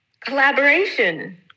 Collaboration